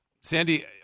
Sandy